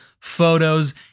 photos